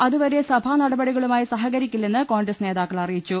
അതുവരെ സഭാനടപടികളുമായി സഹകരിക്കില്ലെന്ന് കോൺഗ്രസ് നേതാക്കൾ അറിയിച്ചു